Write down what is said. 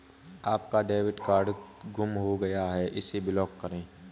आपका debit card गुम हो गया है इसे ब्लॉक करें